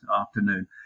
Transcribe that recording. afternoon